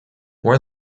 more